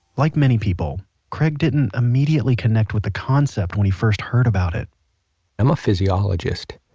like many people, craig didn't immediately connect with the concept when he first heard about it i'm a physiologist.